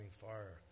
fire